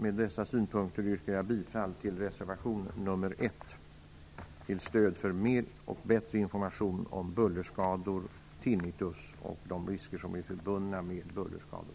Med dessa synpunkter yrkar jag bifall till reservation nr 1 till stöd för mer och bättre information om bullerskador, tinnitus och de risker som är förbundna med bullerskador.